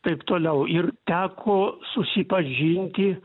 taip toliau ir teko susipažinti